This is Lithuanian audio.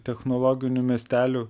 technologinių miestelių